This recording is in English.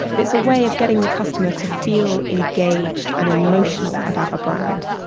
it's a way of getting the customer to feel engaged and emotional about a brand.